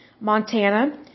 Montana